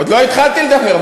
עוד לא התחלתי לדבר.